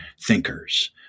thinkers